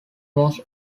was